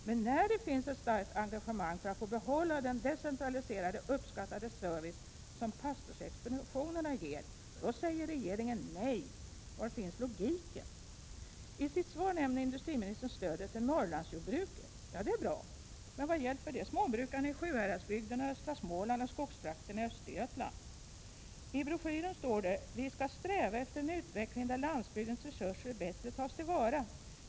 Men när det finns ett starkt engagemang för att få behålla den decentraliserade och uppskattade service som pastorsexpeditionerna ger, då säger regeringen nej. Var finns logiken? I sitt svar nämner industriministern stödet till Norrlandsjordbruket. Det är ju bra, men vad hjälper det småbrukarna i Sjuhäradsbygden, östra Småland och i skogstrakterna i Östergötland? I broschyren står det: ”Vi skall sträva efter en utveckling där landsbygdens resurser bättre tas till vara.